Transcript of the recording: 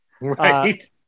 Right